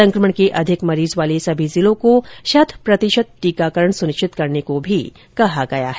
संक्रमण के अधिक मरीज वाले सभी जिलों को शतप्रतिशत टीकाकरण सुनिश्चित करने को भी कहा गया है